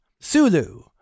Sulu